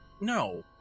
no